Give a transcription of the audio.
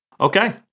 okay